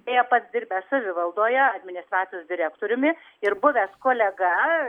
beje pats dirbęs savivaldoje administracijos direktoriumi ir buvęs kolega